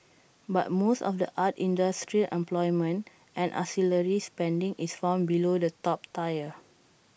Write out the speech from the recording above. but most of the art industry's employment and ancillary spending is found below the top tier